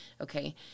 Okay